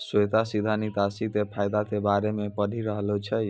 श्वेता सीधा निकासी के फायदा के बारे मे पढ़ि रहलो छै